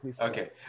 okay